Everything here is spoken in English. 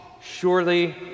surely